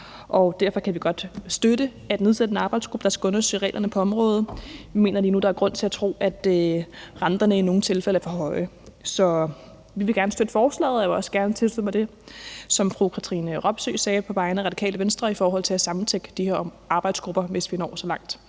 derfor kan vi godt støtte at nedsætte en arbejdsgruppe, der skal undersøge reglerne på området. Vi mener lige nu, at der er grund til at tro, at renterne i nogle tilfælde er for høje. Så vil vi gerne støtte forslaget, og jeg vil også gerne tilslutte mig det, som fru Katrine Robsøe sagde på vegne af Radikale Venstre i forhold til at sammentænke de her arbejdsgrupper, hvis vi når så langt.